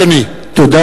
אדוני.